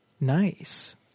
nice